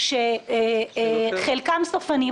כאשר חלקם סופניים.